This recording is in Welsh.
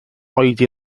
oedi